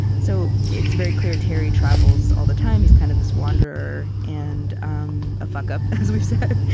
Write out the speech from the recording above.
so it's very clear, terry travels all the time he's kind of this wanderer and um a fuck-up, as we've said.